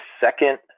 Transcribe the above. second